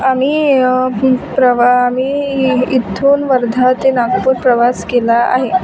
आम्ही प्रवा आम्ही इथून वर्धा ते नागपूर प्रवास केला आहे